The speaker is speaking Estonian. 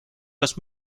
kas